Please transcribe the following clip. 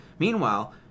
Meanwhile